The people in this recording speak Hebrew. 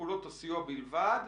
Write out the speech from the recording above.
למה הוא לא יופיע פעמיים?